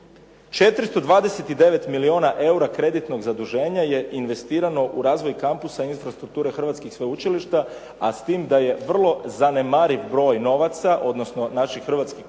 429 milijuna eura kreditnog zaduženja je investirano u razvoj kampusa infrastrukture hrvatskih sveučilišta, a s tim da je vrlo zanemariv broj novaca, odnosno naših hrvatskih kuna otišao